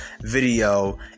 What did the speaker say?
video